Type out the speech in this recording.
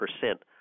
percent